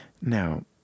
Now